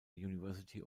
university